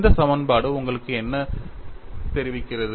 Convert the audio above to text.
இந்த சமன்பாடு உங்களுக்கு என்ன தெரிவிக்கிறது